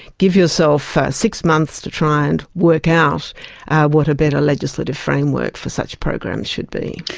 give yourself six months to try and work out what a better legislative framework for such programs should be.